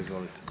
Izvolite.